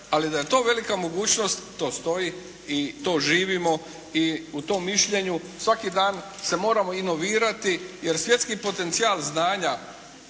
ali da je to velika mogućnost to stoji i to živimo i u tom mišljenju svaki dan se moramo inovirati jer svjetski potencijal znanja